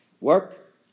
Work